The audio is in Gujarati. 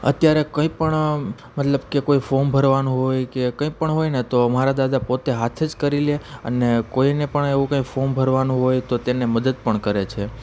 અત્યારે કંઇ પણ મતલબ કે કોઈ ફોર્મ ભરવાનું હોય કે કંઇ પણ હોય ને તો મારા દાદા પોતે હાથે જ કરી લે અને કોઈને પણ એવું કંઇ ફોર્મ ભરવાનું હોય તો તેને મદદ પણ કરે છે